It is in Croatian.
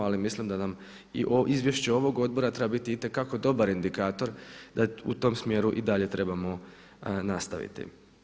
Ali mislim da nam i izvješće ovog odbora treba biti itekako dobar indikator, da u tom smjeru i dalje trebamo nastaviti.